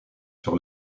sur